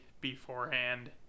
beforehand